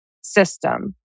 system